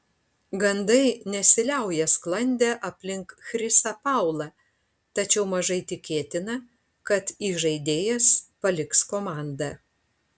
gandai nesiliauja sklandę aplink chrisą paulą tačiau mažai tikėtina kad įžaidėjas paliks komandą